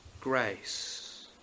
grace